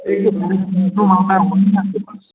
ये जो आता है वही ना आपके पास